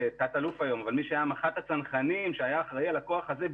היום תת אלוף אבל מי שהיה מח"ט הצנחנים והיה אחראי על הכוח הזה,